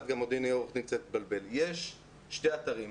יש שני אתרים.